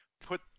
put